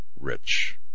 Rich